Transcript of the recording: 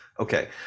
Okay